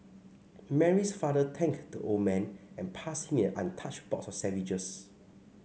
Mary's father thanked the old man and passed him an untouched box of sandwiches